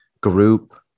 group